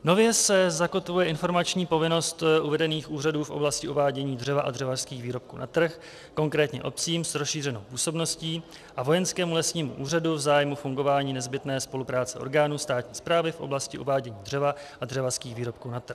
Nově se zakotvuje informační povinnost uvedených úřadů v oblasti uvádění dřeva a dřevařských výrobků na trh, konkrétně obcím s rozšířenou působností a Vojenskému lesnímu úřadu v zájmu fungování nezbytné spolupráce orgánů státní správy v oblasti uvádění dřeva a dřevařských výrobků na trh.